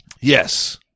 Yes